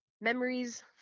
memories